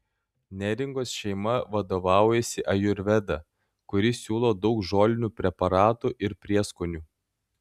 neringos šeima vadovaujasi ajurveda kuri siūlo daug žolinių preparatų ir prieskonių